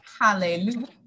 Hallelujah